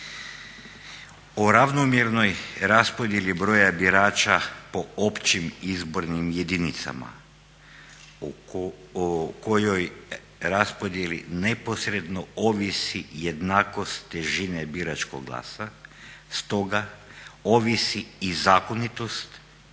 "O ravnomjernoj raspodjeli broja birača po općim izbornim jedinicama o kojoj raspodjeli neposredno ovisi jednakost težine biračkog glasa stoga ovisi i zakonitost